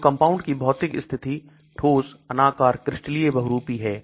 तो कंपाउंड की भौतिक स्थिति ठोस अनाकार क्रिस्टलीय बहुरूपी है